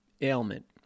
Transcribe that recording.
ailment